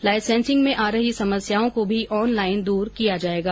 licensing में आ रही समस्याओं को भी ऑनलाइन दूर किया जायेगा